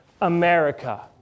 America